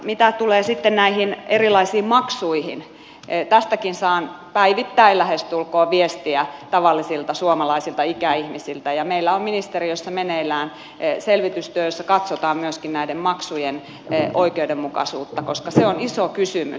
mitä tulee sitten näihin erilaisiin maksuihin tästäkin saan lähestulkoon päivittäin viestiä tavallisilta suomalaisilta ikäihmisiltä ja meillä on ministeriössä meneillään selvitystyö jossa katsotaan myöskin näiden maksujen oikeudenmukaisuutta koska se on iso kysymys